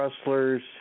wrestlers